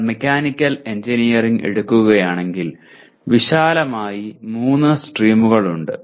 നിങ്ങൾ mechanical engineering എടുക്കുകയാണെങ്കിൽ വിശാലമായി 3 സ്ട്രീമുകൾ ഉണ്ട്